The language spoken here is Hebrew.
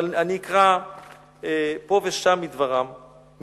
אבל אני אקרא פה ושם מדבריו.